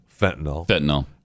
fentanyl